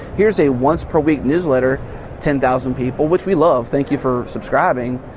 here's a once per week newsletter ten thousand people, which we love thank you for subscribing.